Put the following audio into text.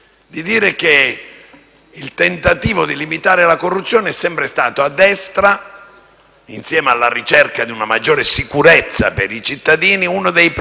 il tentativo di limitare la corruzione è sempre stato a destra e, insieme alla ricerca di una maggiore sicurezza per i cittadini, uno dei nostri principali obiettivi,